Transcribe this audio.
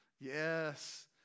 Yes